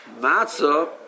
matzah